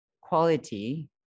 quality